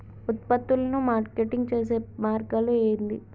ఉత్పత్తులను మార్కెటింగ్ చేసే మార్గాలు ఏంది?